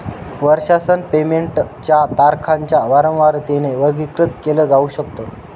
वर्षासन पेमेंट च्या तारखांच्या वारंवारतेने वर्गीकृत केल जाऊ शकत